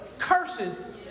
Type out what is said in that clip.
curses